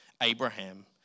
Abraham